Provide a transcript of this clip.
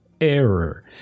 error